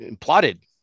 plotted